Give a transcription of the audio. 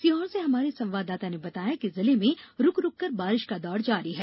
सीहोर से हमारे संवाददाता ने बताया कि जिले में रूकरूक कर बारिश का दौर जारी है